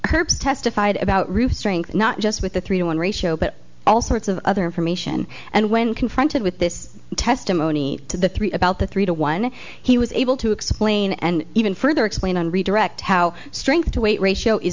perps testified about real strength not just with the three to one ratio but all sorts of other information and when confronted with this testimony to the three about the three to one he was able to explain and even further explain on redirect how strength to weight ratio is